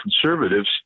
conservatives